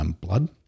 blood